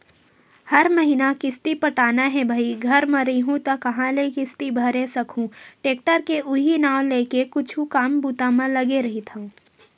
हर महिना किस्ती पटाना हे भई घर म रइहूँ त काँहा ले किस्ती भरे सकहूं टेक्टर के उहीं नांव लेके कुछु काम बूता म लगे रहिथव